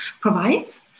provides